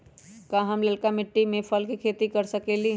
का हम लालका मिट्टी में फल के खेती कर सकेली?